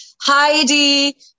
Heidi